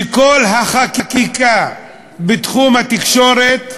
שכל החקיקה בתחום התקשורת,